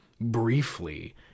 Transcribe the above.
briefly